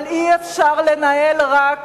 אבל אי-אפשר לנהל רק